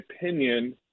opinion